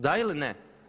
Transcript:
Da ili ne?